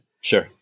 Sure